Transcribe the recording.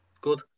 Good